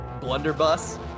blunderbuss